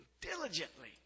diligently